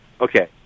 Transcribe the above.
okay